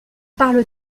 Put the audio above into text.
parle